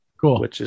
Cool